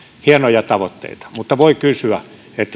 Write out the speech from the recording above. hienoja tavoitteita mutta voi kysyä